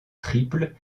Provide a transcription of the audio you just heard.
triples